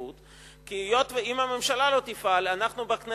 ובתקיפות, היות שאם הממשלה לא תפעל, אנחנו, בכנסת,